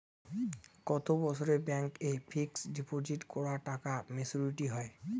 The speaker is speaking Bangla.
কত বছরে ব্যাংক এ ফিক্সড ডিপোজিট করা টাকা মেচুউরিটি হয়?